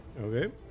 Okay